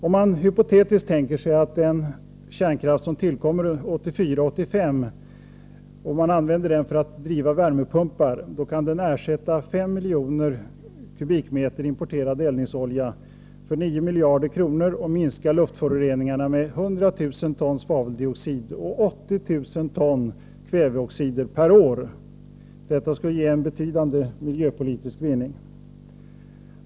Om den under år 1984 och 1985 tillkommande kärnenergin hypotetiskt används för att driva värmepumpar kan den ersätta 5 miljoner m? importerad eldningsolja för ca 9 miljarder kronor och minska luftföroreningarna med 100 000 ton svaveldioxid och 80 000 ton kväveoxider per år. Detta skulle ge en betydande miljöpolitisk vinning.